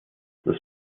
das